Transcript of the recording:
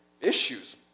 issues